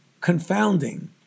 confounding